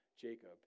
Jacob